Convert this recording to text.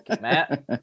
Matt